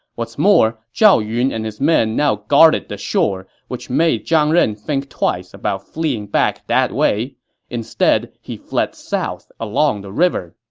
what's more, zhao yun and his men now guarded the shore, which made zhang ren think twice about fleeing back that way. so instead, he fled south along the river.